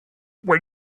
where